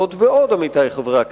זאת ועוד, עמיתי חברי הכנסת,